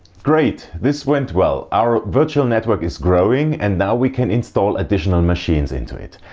great, this went well our virtual network is growing and now we can install additional machines into it.